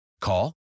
Call